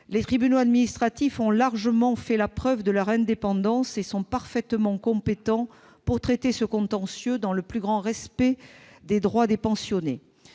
Les tribunaux administratifs ont largement fait la preuve de leur indépendance et ils sont parfaitement compétents pour traiter ce contentieux dans le plus grand respect des droits des pensionnés.